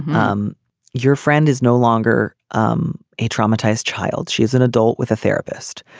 um your friend is no longer um a traumatized child. she is an adult with a therapist.